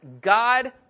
God